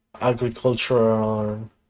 agricultural